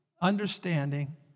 understanding